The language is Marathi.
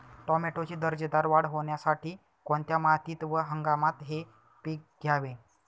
टोमॅटोची दर्जेदार वाढ होण्यासाठी कोणत्या मातीत व हंगामात हे पीक घ्यावे?